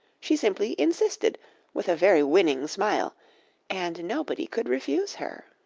she simply insisted with a very winning smile and nobody could refuse her.